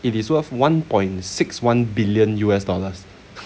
it is worth one point six one billion U_S dollars